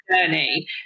journey